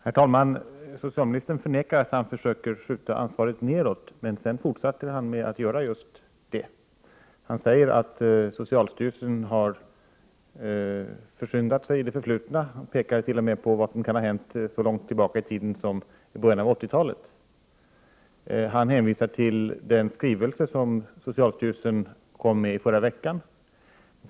Herr talman! Socialministern förnekar att han försöker skjuta ansvaret nedåt, men sedan fortsätter han med att göra just det. Han säger att socialstyrelsen har försyndat sig i det förflutna och pekar t.o.m. på vad som kan ha hänt så långt tillbaka i tiden som i början av 80-talet. Han hänvisar också till den skrivelse som socialstyrelsen utfärdade i förra veckan.